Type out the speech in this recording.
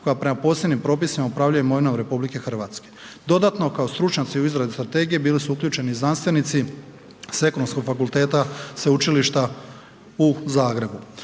koja prema posebnim propisima upravljaju imovinom RH. Dodatno kao stručnjaci u izradi strategiji bili su uključeni i znanstvenici sa Ekonomskog fakulteta Sveučilišta u Zagrebu.